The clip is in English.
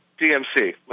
DMC